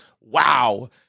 Wow